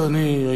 אדוני,